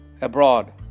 abroad